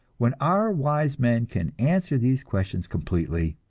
when our wise men can answer these questions completely,